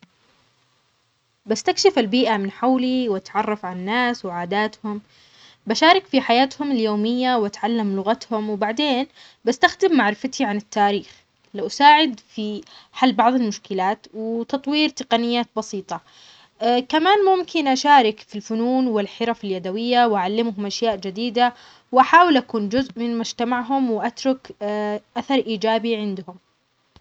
بستكشف البيئة من حولي وأتعرف عالناس وعاداتهم، بشارك في حياتهم اليومية، وأتعلم لغتهم، وبعدين بستخدم معرفتي عن التاريخ، لأساعد في حل بعظ المشكلات، وتطوير تقنيات بسيطة كمان ممكن أشارك في الفنون، والحرف اليدوية، وأعلمهم أشياء جديدة، وأحأول أكون جزء من مجتمعهم، وأترك أثر أيجابي عندهم.